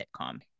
sitcom